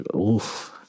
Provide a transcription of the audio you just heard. oof